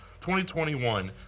2021